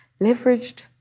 leveraged